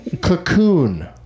Cocoon